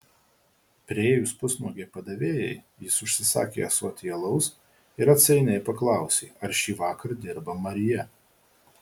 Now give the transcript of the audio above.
priėjus pusnuogei padavėjai jis užsisakė ąsotį alaus ir atsainiai paklausė ar šįvakar dirba marija